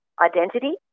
identity